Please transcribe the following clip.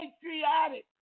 Patriotic